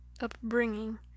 upbringing